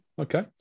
okay